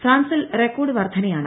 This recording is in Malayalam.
ഫ്രാൻസിൽ റെക്കോർഡ് വർധനയാണ്